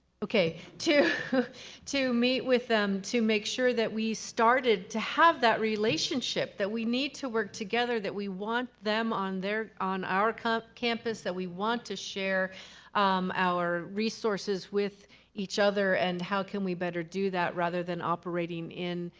okay. to to meet with them to make sure that we started to have that relationship, that we need to work together that. we want them on their, on our campus. that we want to share our resources with each other and how can we better do, that rather than operating in